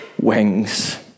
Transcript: wings